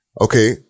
Okay